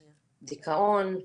דיכאון,